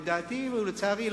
לדעתי ולצערי,